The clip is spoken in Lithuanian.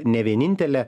ne vienintelė